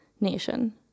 nation